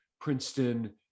princeton